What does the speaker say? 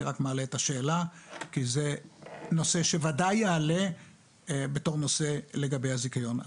אני רק מעלה את השאלה כי זה נושא שוודאי יעלה בתור נושא לגבי הזיכיון.